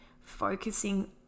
focusing